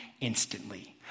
instantly